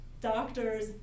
doctors